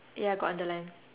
ya got underline